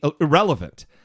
irrelevant